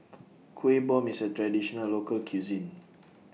Kuih Bom IS A Traditional Local Cuisine